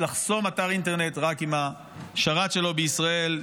לחסום אתר אינטרנט רק אם השרת שלו בישראל,